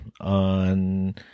on